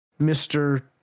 Mr